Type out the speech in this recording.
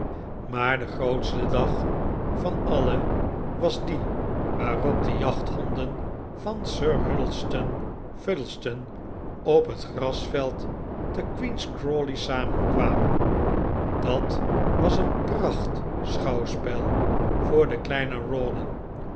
maar de grootste dag van alle was die waarop de jachthonden van sir huddlestone fuddlestone op het grasveld te queen's crawley samenkwamen dat was een prachtschouwspel voor den kleinen